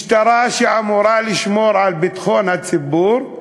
משטרה, שאמורה לשמור על ביטחון הציבור,